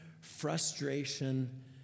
frustration